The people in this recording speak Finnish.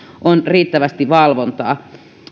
on riittävästi valvontaa tämä uusi